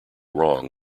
wrong